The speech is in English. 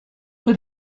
but